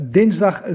dinsdag